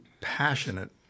passionate